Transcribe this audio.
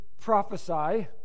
prophesy